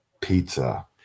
pizza